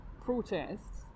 protests